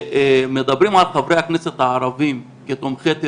שמדברים על חברי הכנסת הערבים כתומכי טרור,